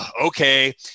okay